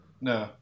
no